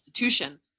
institution